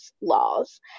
laws